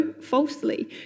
falsely